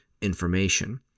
information